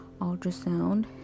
ultrasound